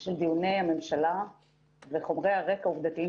של דיוני הממשלה וחומרי הרקע עובדתיים